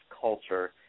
culture